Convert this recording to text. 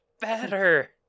better